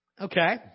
Okay